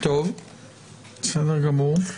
בסדר גמור.